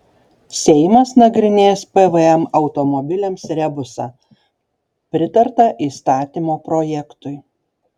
seimas nagrinės pvm automobiliams rebusą pritarta įstatymo projektui